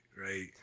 right